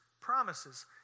promises